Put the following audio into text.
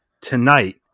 tonight